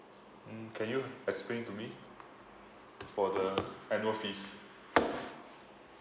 mm can you explain to me for the annual fees